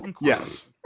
Yes